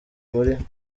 muri